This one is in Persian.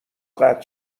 قطع